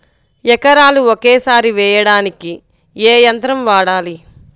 ఎకరాలు ఒకేసారి వేయడానికి ఏ యంత్రం వాడాలి?